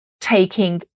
taking